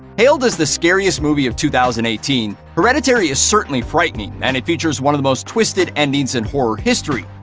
hailed as the scariest movie of two thousand and eighteen, hereditary is certainly frightening, and it features one of the most twisted endings in horror history.